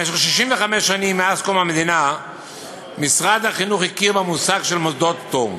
במשך 65 שנים מאז קום המדינה משרד החינוך הכיר במושג מוסדות פטור.